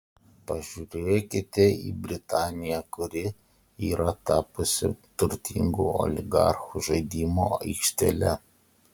pažiūrėkite į britaniją kuri yra tapusi turtingų oligarchų žaidimo aikštele